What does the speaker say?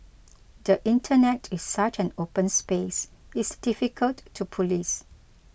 the Internet is such an open space it's difficult to police